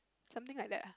something like that ah